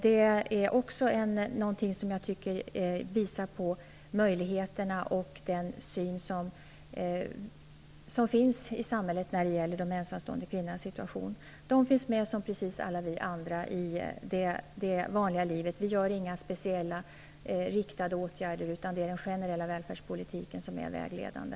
Det är också någonting som jag tycker visar på möjligheterna, liksom den syn som finns i samhället när det gäller de ensamstående kvinnornas situation. De finns med, precis som alla vi andra, i det vanliga livet. Vi gör inga speciella, riktade åtgärder, utan det är den generella välfärdspolitiken som är vägledande.